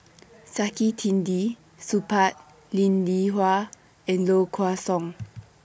Saktiandi Supaat Linn in Hua and Low Kway Song